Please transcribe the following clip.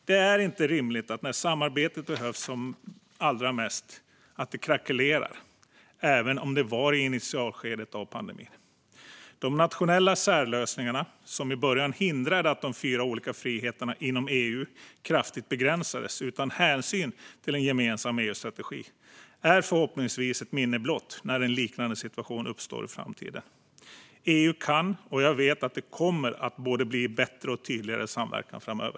Det är inte rimligt att samarbetet krackelerar när det behövs som allra mest, även om det var i initialskedet av pandemin. De nationella särlösningarna, som i början hindrade och kraftigt begränsade de fyra olika friheterna inom EU utan hänsyn till en gemensam EU-strategi, är förhoppningsvis ett minne blott när en liknande situation uppstår i framtiden. EU kan, och jag vet att det kommer att bli både bättre och tydligare samverkan framöver.